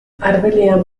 arbelean